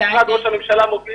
משרד ראש הממשלה מוביל